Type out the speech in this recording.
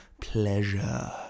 pleasure